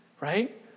right